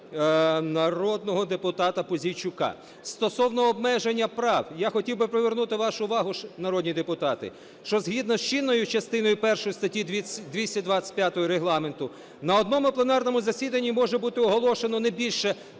народного депутата Пузійчука. Стосовно обмеження прав. Я хотів би привернути вашу увагу народні депутати, що, згідно з чинною частиною першою статті 225 Регламенту, на одному пленарному засіданні може бути оголошено не більше